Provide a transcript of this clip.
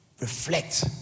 reflect